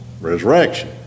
resurrection